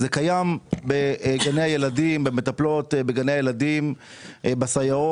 זה קיים אצל המטפלות בגני הילדים, בסייעות.